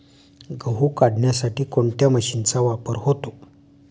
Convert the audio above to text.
गहू काढण्यासाठी कोणत्या मशीनचा वापर होतो?